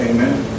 Amen